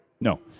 No